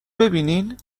ببینین